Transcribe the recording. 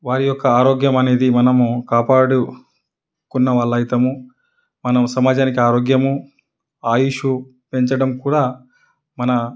వారి యొక్క ఆరోగ్యం అనేది మనము కాపాడుకున్న వాళ్ళు అయితాము మనము సమాజానికి ఆరోగ్యము ఆయుష్షు పెంచడం కూడా మన